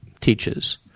Teaches